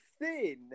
thin